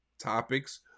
topics